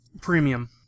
premium